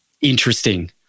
interesting